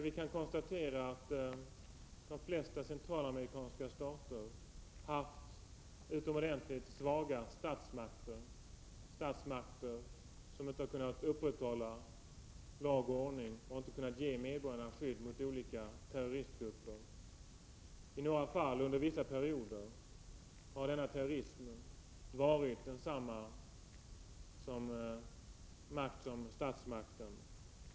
Vi kan konstatera att de flesta centralamerikanska stater har haft utomordentligt svaga statsmakter—statsmakter som inte kunnat upprätthålla lag och ordning och inte kunnat ge medborgarna skydd mot olika terroristgrupper. I några fall, under vissa perioder, har denna terrorism varit densamma som statsmakten.